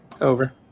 Over